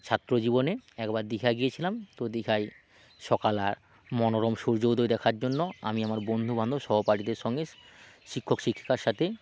ছাত্র জীবনে একবার দীঘা গিয়েছিলাম তো দীঘায় সকালের মনোরম সূর্য উদয় দেখার জন্য আমি আমার বন্ধু বান্ধব সহপাঠীদের সঙ্গে শিক্ষক শিক্ষিকার সাথে